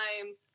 time